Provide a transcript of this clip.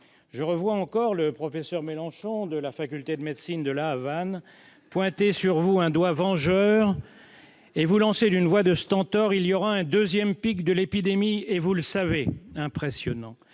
Je revois encore le professeur Mélenchon, de la faculté de médecine de La Havane, pointer sur vous un doigt vengeur et vous lancer d'une voix de stentor :« Il y aura un deuxième pic de l'épidémie, et vous le savez !» Impressionnant